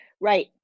Right